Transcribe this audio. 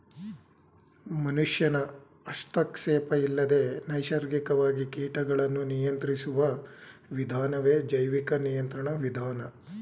ಮನುಷ್ಯನ ಹಸ್ತಕ್ಷೇಪ ಇಲ್ಲದೆ ನೈಸರ್ಗಿಕವಾಗಿ ಕೀಟಗಳನ್ನು ನಿಯಂತ್ರಿಸುವ ವಿಧಾನವೇ ಜೈವಿಕ ನಿಯಂತ್ರಣ ವಿಧಾನ